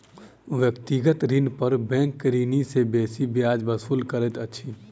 व्यक्तिगत ऋण पर बैंक ऋणी सॅ बेसी ब्याज वसूल करैत अछि